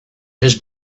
his